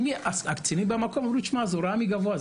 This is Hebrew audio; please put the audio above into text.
הקצינים במקום אמרו: זה הוראה מגבוה,